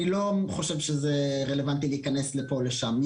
אני לא חושב שזה רלוונטי להיכנס לפה או לשם.